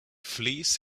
fleece